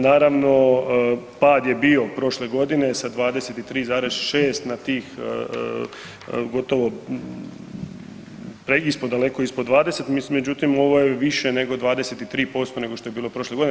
Naravno pad je bio prošle godine sa 23,6 na tih gotovo ispod daleko ispod 20, međutim ovo je više nego 23% nego što je bilo prošle godine.